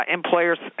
employers